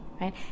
right